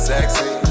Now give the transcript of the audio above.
Sexy